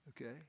Okay